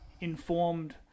informed